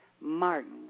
Martin